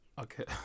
Okay